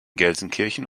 gelsenkirchen